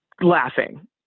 laughing